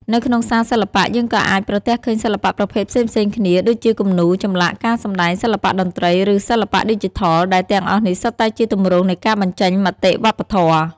នៅក្នុងសាលសិល្បៈ យើងក៏អាចប្រទះឃើញសិល្បៈប្រភេទផ្សេងៗគ្នា ដូចជាគំនូរ ចម្លាក់ ការសម្តែង សិល្បៈតន្ត្រី ឬសិល្បៈឌីជីថល ដែលទាំងអស់នេះសុទ្ធតែជាទម្រង់នៃការបញ្ចេញមតិវប្បធម៌។